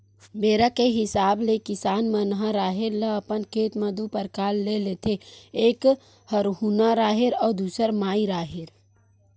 बेरा के हिसाब ले किसान मन ह राहेर ल अपन खेत म दू परकार ले लेथे एक हरहुना राहेर अउ दूसर माई राहेर